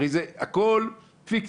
זה הכל פיקציה.